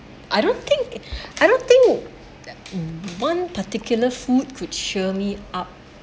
I don't think I don't think one particular food could cheer me up